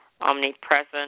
omnipresent